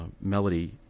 melody